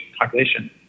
population